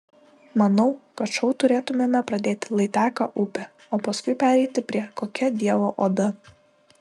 manau kad šou turėtumėme pradėti lai teka upė o paskui pereiti prie kokia dievo oda